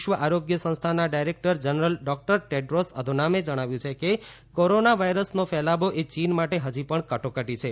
વિશ્વ આરોગ્ય સંસ્થાના director general doctor Tedros Adhanom જણાવ્યું છે કે કોરોના વાઈરસનો ફેલાવો એ ચીન માટે ફજી પણ કટોકટી છે